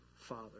Father